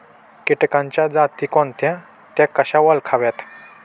किटकांच्या जाती कोणत्या? त्या कशा ओळखाव्यात?